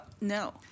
no